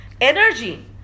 energy